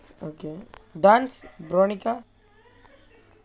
okay dance veronica